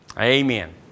Amen